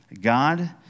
God